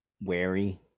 wary